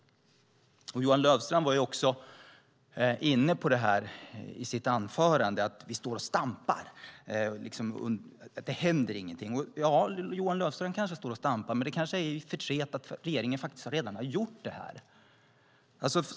Johan Löfstrand sade i sitt anförande att vi står och stampar, att det inte händer någonting. Ja, Johan Löfstrand kanske står och stampar, men det kanske är i förtret över att regeringen faktiskt redan har gjort det här.